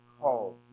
called